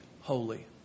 holy